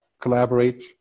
collaborate